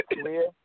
clear